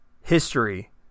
history